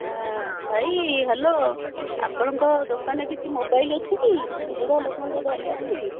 ହଁ ଭାଇ ହ୍ୟାଲୋ ଆପଣଙ୍କ ଦୋକାନରେ କିଛି ମୋବାଇଲ ଅଛି କି ବୁଢ଼ା ଲୋକଙ୍କ ଧରିବା ପାଇଁ